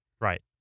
Right